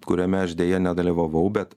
kuriame aš deja nedalyvavau bet